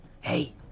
hey